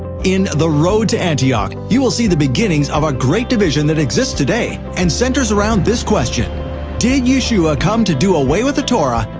in the road to antioch, you will see the beginnings of a great division that exists today and centers around this question did yeshua come to do away with the torah,